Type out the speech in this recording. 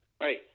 Right